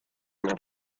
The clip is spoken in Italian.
nel